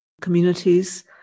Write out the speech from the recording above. communities